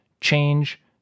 Change